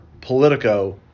politico